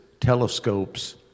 telescopes